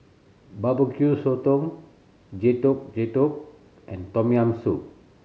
Barbecue Sotong Getuk Getuk and Tom Yam Soup